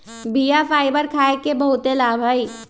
बीया फाइबर खाय के बहुते लाभ हइ